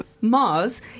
Mars